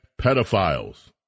pedophiles